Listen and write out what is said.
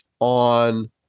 on